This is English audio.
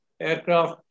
aircraft